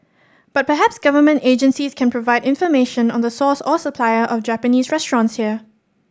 but perhaps Government agencies can provide information on the source or supplier of Japanese restaurants here